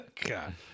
God